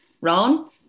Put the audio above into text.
Ron